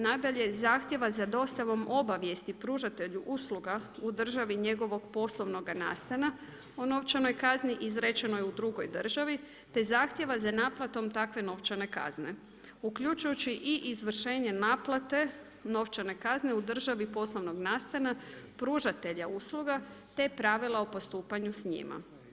Nadalje, zahtjeva za dostavu obavijesti pružatelju usluga u državi njegovog poslovnog nastana o novčanoj kazni izrečenoj u drugoj državi, te zahtjeva za naplatom takve novčane kazne uključujući i izvršenje naplate novčane kazne u državi poslovnog nastana, pružatelja usluga te pravila o postupanju s njima.